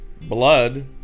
blood